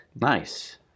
Nice